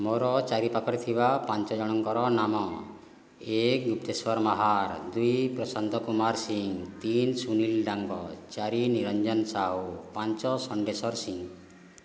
ମୋର ଚାରି ପାଖରେ ଥିବା ପାଞ୍ଚ ଜଣଙ୍କର ନାମ ଏକ ଗୁପ୍ତେଶ୍ଵର ମହାର ଦୁଇ ପ୍ରଶାନ୍ତ କୁମାର ସିଂହ ତିନି ସୁନୀଲ ଡାଙ୍ଗ ଚାରି ନିରଞ୍ଜନ ସାହୁ ପାଞ୍ଚ ଷଣ୍ଢେଶ୍ଵର ସିଂହ